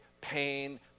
pain